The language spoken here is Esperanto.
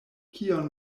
kion